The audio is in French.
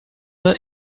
pas